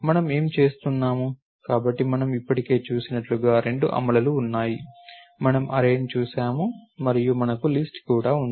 మనం ఏమి చేస్తున్నాము కాబట్టి మనం ఇప్పటికే చూసినట్లుగా రెండు అమలులు ఉన్నాయి మనము అర్రేని చూశాము మరియు మనకు లిస్ట్ కూడా ఉంది